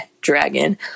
dragon